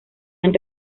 has